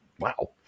Wow